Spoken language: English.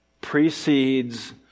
precedes